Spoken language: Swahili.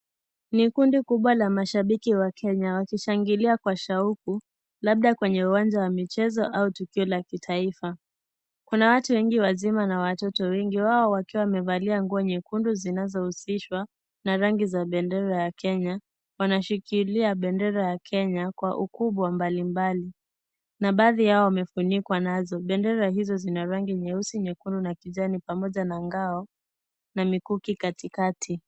Ni kundi kubwa la mashabiki wa Kenya likishangilia kwa shauku labda kwenye uwanja wa michezo au tukio la kitaifa, kuna watu wengi wazima na watoto wengi wao wakiwa wamevalia nguo nyekundu zilizohusishwa na rangi ya bendera ya Kenya, wanashikilia bendera ya Kenya kwa ukubwa mbalimbali, na baadhi yao wamefunikwa nazo, bendera hizo zina rangi nyeusi, nyekundu na kijani pamoja na ngao na mikuki katikati.